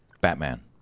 Batman